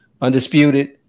undisputed